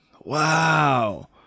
Wow